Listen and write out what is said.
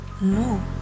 No